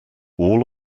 all